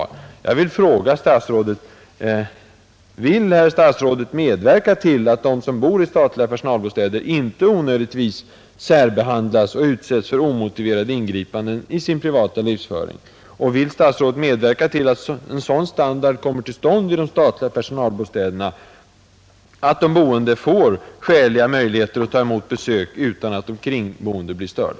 Jag vill ställa följande frågor till herr statsrådet; Vill herr statsrådet medverka till att de som bor i statliga personalbostäder inte onödigtvis särbehandlas och utsätts för omotiverade ingripanden i sin privata livsföring? Vill herr statsrådet vidare medverka till att de statliga personalbostäderna ges en sådan standard att de boende får skäliga möjligheter att taga emot besök utan att de kringboende blir störda?